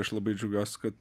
aš labai džiaugiuosi kad